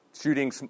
shooting